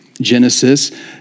Genesis